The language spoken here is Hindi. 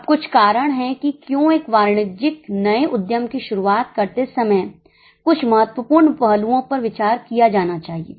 अब कुछ कारण हैं कि क्यों एक वाणिज्यिक नए उद्यम की शुरुआत करते समय कुछ महत्वपूर्ण पहलुओं पर विचार किया जाना चाहिए